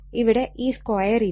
ഇവിടെ ഈ സ്ക്വയർ ഇല്ല